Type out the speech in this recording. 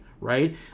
right